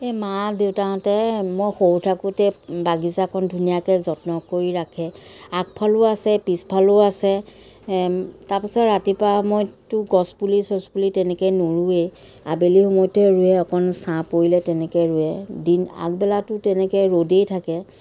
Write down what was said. এই মা দেউতাহঁতে মই সৰু থাকোঁতে বাগিচাখন ধুনীয়াকৈ যত্ন কৰি ৰাখে আগফালেও আছে পিছফালেও আছে তাৰ পিছত ৰাতিপুৱা মইতো গছপুলি চছপুলি তেনেকৈ নোৰোওঁৱেই আবেলি সময়তহে ৰোৱে অকণ ছাঁ পৰিলে তেনেকৈ ৰোৱে দিন আগবেলাটো তেনেকৈ ৰ'দেই থাকে